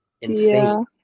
insane